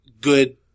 good